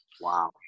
Wow